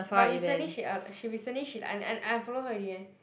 but recently she a~ she recently she un~ I unfollow her already eh